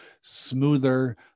smoother